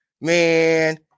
man